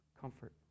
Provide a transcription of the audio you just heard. comfort